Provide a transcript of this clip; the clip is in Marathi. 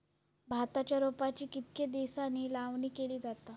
भाताच्या रोपांची कितके दिसांनी लावणी केली जाता?